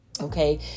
Okay